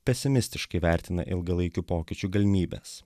pesimistiškai vertina ilgalaikių pokyčių galimybes